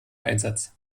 einsatz